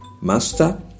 master